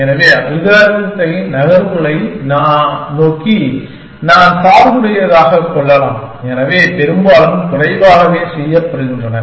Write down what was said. எனவே அல்காரிதத்தை நகர்வுகளை நோக்கி நான் சார்புடையதாகக் கொள்ளலாம் அவை பெரும்பாலும் குறைவாகவே செய்யப்படுகின்றன